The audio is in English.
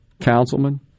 councilman